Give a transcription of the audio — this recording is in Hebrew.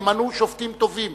ימנו שופטים טובים.